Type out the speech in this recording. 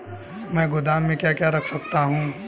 मैं गोदाम में क्या क्या रख सकता हूँ?